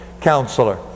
counselor